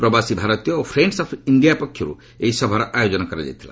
ପ୍ରବାସୀ ଭାରତୀୟ ଓ ଫ୍ରେଶସ୍ ଅଫ୍ ଇଣ୍ଡିଆ ପକ୍ଷରୁ ଏହି ସଭାର ଆୟୋଜନ କରାଯାଇଥିଲା